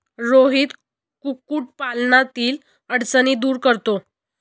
रोहित कुक्कुटपालनातील अडचणी दूर करतो